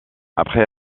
après